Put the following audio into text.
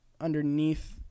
underneath